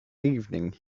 evening